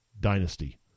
dynasty